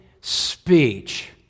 speech